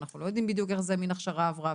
שאנחנו לא יודעים בדיוק איזו מין הכשרה עברה,